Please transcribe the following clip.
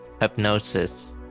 Hypnosis